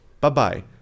Bye-bye